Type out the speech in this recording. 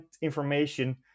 information